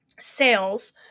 sales